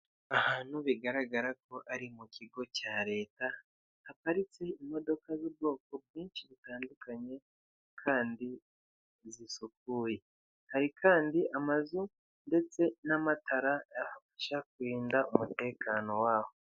Ahantu bigaragara ko ari mu kigo cya leta, haparitse imodoka z'ubwoko bwinshi butandukanye kandi zisukuye, hari kandi amazu ndetse n'amatara abasha kurinda umutekano w'aho.